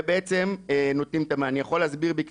ובעצם נותנים את המענה.